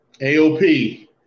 AOP